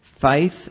faith